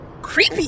creepy